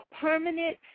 permanent